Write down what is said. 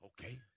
Okay